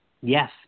Yes